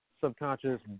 subconscious